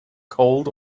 cold